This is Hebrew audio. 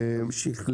תתייחסו.